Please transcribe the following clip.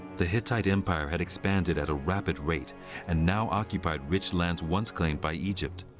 the hittite empire had expanded at a rapid rate and now occupied rich lands once claimed by egypt.